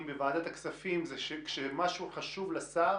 בוועדת הכספים זה שכשמשהו חשוב לשר,